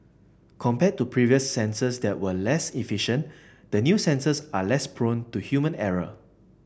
compared to previous sensors that were less efficient the new sensors are less prone to human error